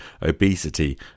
obesity